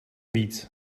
víc